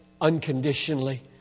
unconditionally